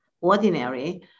ordinary